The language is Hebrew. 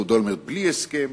אהוד אולמרט בלי הסכם,